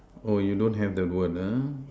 oh you don't have the word uh